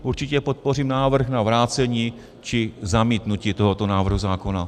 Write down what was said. Určitě podpořím návrh na vrácení či zamítnutí tohoto návrhu zákona.